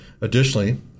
Additionally